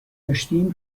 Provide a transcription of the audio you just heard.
داشتیم